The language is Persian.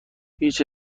هیچ